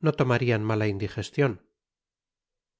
no tomarían mala indijestion